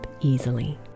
easily